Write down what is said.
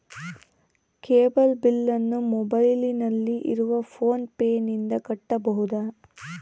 Cable ಬಿಲ್ಲನ್ನು ಮೊಬೈಲಿನಲ್ಲಿ ಇರುವ ಫೋನ್ ಪೇನಿಂದ ಕಟ್ಟಬಹುದಾ?